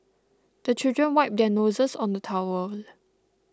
the children wipe their noses on the towel